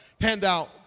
handout